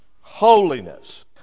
holiness